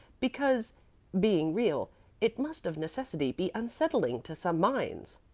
because being real it must of necessity be unsettling to some minds?